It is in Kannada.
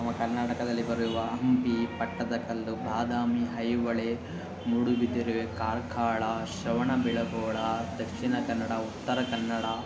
ನಮ್ಮ ಕರ್ನಾಟಕದಲ್ಲಿ ಬರುವ ಹಂಪಿ ಪಟ್ಟದಕಲ್ಲು ಬಾದಾಮಿ ಐಹೊಳೆ ಮೂಡುಬಿದಿರೆ ಕಾರ್ಕಳ ಶ್ರವಣಬೆಳಗೊಳ ದಕ್ಷಿಣ ಕನ್ನಡ ಉತ್ತರ ಕನ್ನಡ